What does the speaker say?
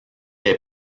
est